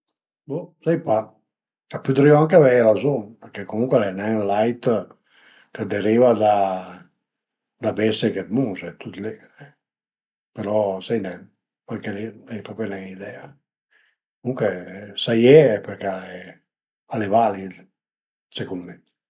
Bo, sai pa, a pudrìu anche avei razun përché comuncue al e nen ël lait ch'a deriva da bestie che t'muze, tüt li, però sai nen, anche li ai propi nen idea, comuncue s'a i ie al e përché al e valid, secund mi